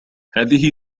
هذه